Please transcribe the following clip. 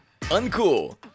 Uncool